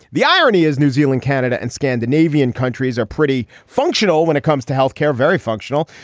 the irony is new zealand canada and scandinavian countries are pretty functional when it comes to health care. very functional.